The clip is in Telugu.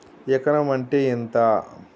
ఎకరం అంటే ఎంత?